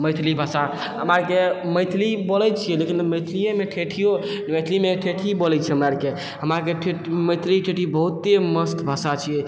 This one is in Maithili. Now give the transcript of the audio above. मैथिली भाषा हमरा आरके मैथिली बोलै छियै लेकिन मैथलियैमे ठेठियो मैथिलीमे ठेठी बोलै छियै हमरा आरके हमरा आरके ठेठ मैथिली ठेठी बहुते मस्त भाषा छियै